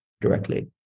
directly